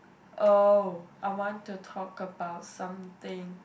oh I want to talk about something